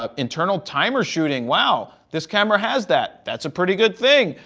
um internal timer shooting, wow, this camera has that. that's a pretty good thing.